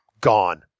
Gone